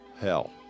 hell